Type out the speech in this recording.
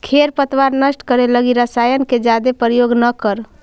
खेर पतवार नष्ट करे लगी रसायन के जादे प्रयोग न करऽ